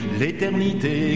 l'éternité